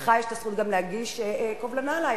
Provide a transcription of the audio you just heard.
לך יש גם זכות להגיש קובלנה עלי.